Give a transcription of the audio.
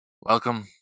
Welcome